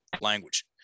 language